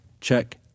check